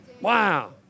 Wow